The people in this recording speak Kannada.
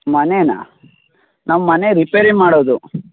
ಮನೆನಾ ನಾವು ಮನೆ ರಿಪೇರಿ ಮಾಡೋದು